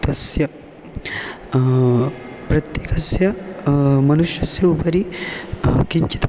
तस्य प्रत्येकस्य मनुष्यस्य उपरि किञ्चित्